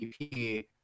EP